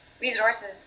resources